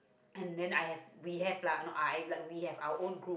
and then I have we have lah no I have like we have our own group